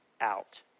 out